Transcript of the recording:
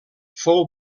fou